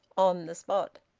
on the spot.